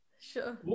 Sure